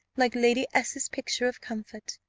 like lady s s picture of comfort.